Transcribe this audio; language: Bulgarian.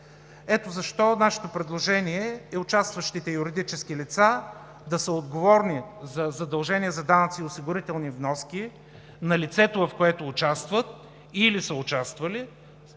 Ето защо нашето предложение е участващите юридически лица да са отговорни за задължения за данъци и осигурителни вноски на лицето, в което участват, или са участвали,